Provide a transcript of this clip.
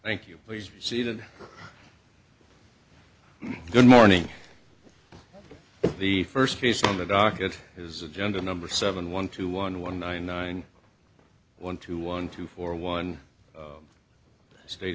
thank you please see that good morning the first case on the docket his agenda number seven one two one one nine nine one two one two four one state